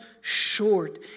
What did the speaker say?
short